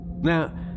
Now